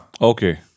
Okay